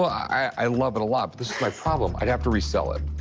i love it a lot. but this is my problem. i have to resell it,